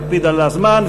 נקפיד על הזמן,